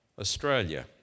Australia